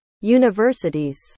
universities